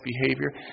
behavior